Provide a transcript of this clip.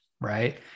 right